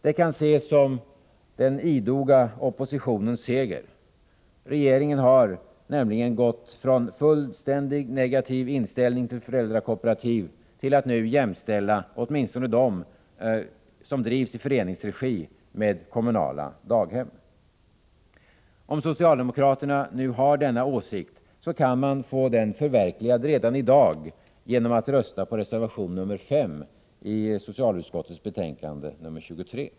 Det kan ses som den idoga oppositionens seger. Regeringen har nämligen gått från en fullständigt negativ inställning till föräldrakooperativ till att nu jämställa åtminstone dem som drivs i föreningsregi med kommunala daghem. Om socialdemokraterna nu har denna åsikt, kan man få den förverkligad redan i dag genom att rösta för reservation nr 5 till socialutskottets betänkande nr 23.